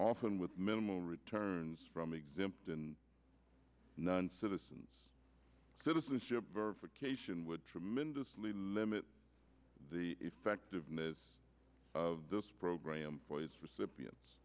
often with minimal returns from exempt in non citizens citizenship verification would tremendously limit the effectiveness of this program for its recipients